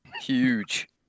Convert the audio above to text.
...huge